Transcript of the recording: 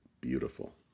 beautiful